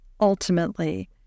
ultimately